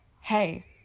hey